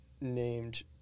named